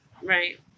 right